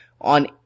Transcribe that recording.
on